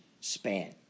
span